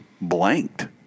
blanked